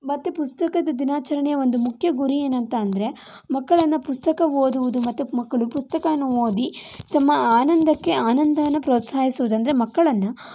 ಮತ್ತೆ ಪುಸ್ತಕದ ದಿನಾಚರಣೆ ಒಂದು ಮುಖ್ಯ ಗುರಿ ಏನಂತ ಅಂದ್ರೆ ಮಕ್ಕಳನ್ನು ಪುಸ್ತಕ ಓದುವುದು ಮತ್ತು ಮಕ್ಕಳು ಪುಸ್ತಕವನ್ನು ಓದಿ ತಮ್ಮ ಆನಂದಕ್ಕೆ ಆನಂದನ ಪ್ರೋತ್ಸಾಹಿಸೋದು ಅಂದರೆ ಮಕ್ಕಳನ್ನು